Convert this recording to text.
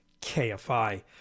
KFI